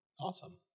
Awesome